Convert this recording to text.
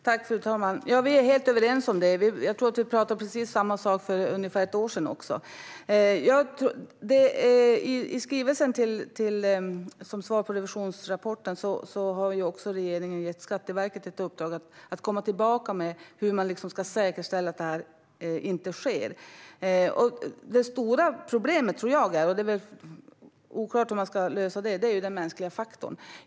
Fru talman! Vi är helt överens om det, Lotta Finstorp, och jag tror att vi talade om precis samma sak för ungefär ett år sedan. I skrivelsen om revisionsrapporten står det att regeringen har gett Skatteverket i uppdrag att komma tillbaka med hur man ska säkerställa att detta inte sker. Det stora problemet tror jag är den mänskliga faktorn, och det är väl oklart hur man ska lösa det.